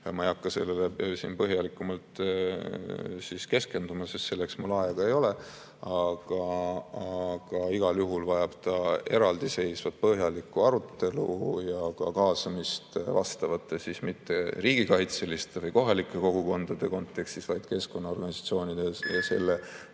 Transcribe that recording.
ei hakka siin sellele põhjalikumalt keskenduma, sest selleks aega ei ole, aga igal juhul vajab ta eraldiseisvat põhjalikku arutelu ja ka kaasamist vastavate mitte riigikaitse või kohalike kogukondade kontekstis, vaid keskkonnaorganisatsioonide ja selle